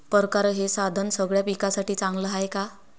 परकारं हे साधन सगळ्या पिकासाठी चांगलं हाये का?